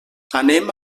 anem